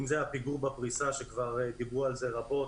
אם זה הפיגור בפריסה שכבר דיברנו על זה רבות,